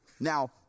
Now